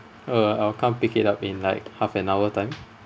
uh I'll come pick it up in like half an hour time